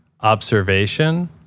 observation